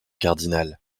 cardinal